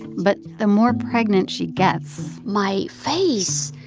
but the more pregnant she gets. my face,